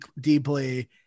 deeply